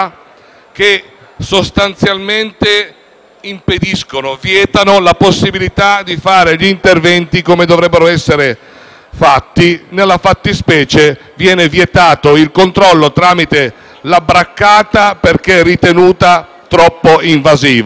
che sostanzialmente vietano la possibilità di fare gli interventi come dovrebbero essere fatti. Nella fattispecie, viene vietato il controllo tramite la braccata perché ritenuta troppo invasiva,